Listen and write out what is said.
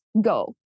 go